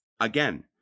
Again